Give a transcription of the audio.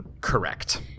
Correct